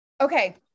Okay